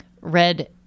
red